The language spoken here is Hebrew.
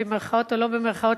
במירכאות או שלא במירכאות,